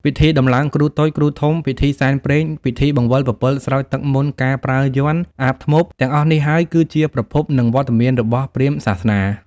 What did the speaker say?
ពិធីដំឡើងគ្រូតូច គ្រូធំ ពិធីសែនព្រេន ពិធីបង្វិលពពិលស្រោចទឹកមន្តការប្រើយ័ន្ត អាបធ្មប់ ទាំងអស់នេះហើយគឺជាប្រភព និងវត្តមានរបស់ព្រាហ្មណ៍សាសនា។